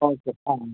okay ആ